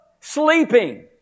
Sleeping